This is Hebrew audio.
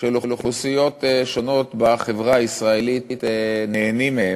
שאוכלוסיות שונות בחברה הישראלית נהנות מהם,